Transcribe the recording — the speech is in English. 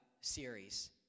series